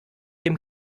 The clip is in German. dem